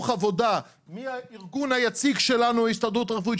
עבודה מהארגון היציג שלנו ההסתדרות הרפואית,